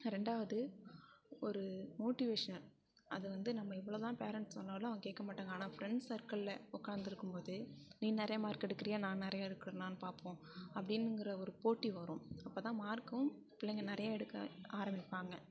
ரெண்டாவது ஒரு மோட்டிவேஷ்னல் அது வந்து நம்ம எவ்ளோ தான் பேரண்ட்ஸ் சொன்னாலும் அவங்க கேட்க மாட்டாங்க ஆனால் ஃப்ரண்ட்ஸ் சர்க்குலில் உக்காந்துருக்கும் போது நீ நிறைய மார்க் எடுக்குறியா நான் நிறையா எடுக்குறனானு பார்ப்போம் அப்படிங்கற ஒரு போட்டி வரும் அப்ப தான் மார்க்கும் பிள்ளைங்கள் நிறைய எடுக்க ஆரம்மிப்பாங்க